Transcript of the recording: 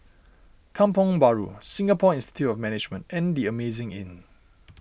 Kampong Bahru Singapore Institute of Management and the Amazing Inn